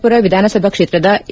ಹುರ ವಿಧಾನಸಭಾ ಕ್ಷೇತ್ರದ ಎ